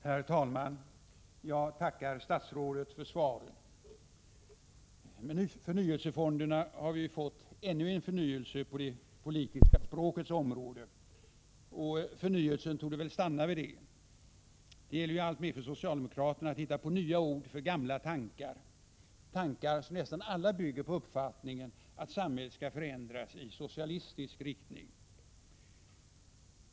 Herr talman! Jag tackar statsrådet för svaret. Med förnyelsefonderna har vi fått ytterligare en förnyelse på det politiska språkets område. Förnyelsen torde väl stanna vid detta. Det gäller ju alltmer för socialdemokraterna att hitta på nya ord för gamla tankar, tankar som nästan alla bygger på uppfattningen att samhället skall förändras i socialistisk riktning.